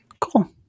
Cool